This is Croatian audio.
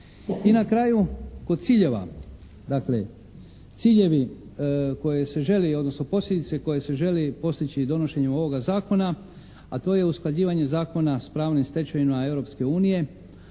I na kraju kod ciljeva, dakle ciljevi koje se želi, odnosno posljedice koje se želi postići donošenjem ovoga zakona, a to je usklađivanje zakona s pravnim stečevinama Europske unije.